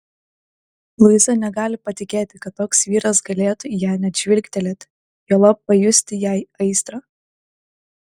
luiza negali patikėti kad toks vyras galėtų į ją net žvilgtelėti juolab pajusti jai aistrą